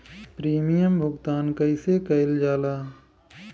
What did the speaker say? Premium भुगतान कइसे कइल जाला?